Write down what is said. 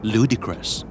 Ludicrous